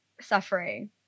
suffering